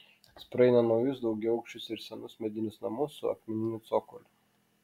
jis praeina naujus daugiaaukščius ir senus medinius namus su akmeniniu cokoliu